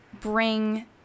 bring